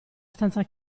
stanza